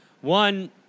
One